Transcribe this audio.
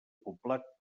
poblat